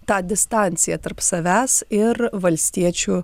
tą distanciją tarp savęs ir valstiečių